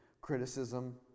criticism